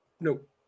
Nope